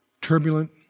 turbulent